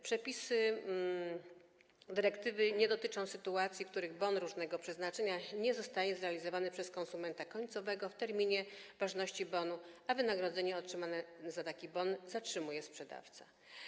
Przepisy dyrektywy nie dotyczą sytuacji, w których bon różnego przeznaczenia nie zostaje zrealizowany przez konsumenta końcowego w terminie ważności bonu, a wynagrodzenie otrzymane za taki bon zatrzymuje sprzedawca.